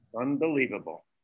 Unbelievable